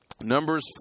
Numbers